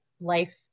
life